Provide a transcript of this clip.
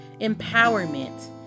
empowerment